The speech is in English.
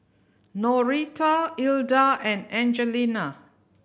Norita Ilda and Angelina